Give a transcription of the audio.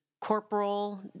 corporal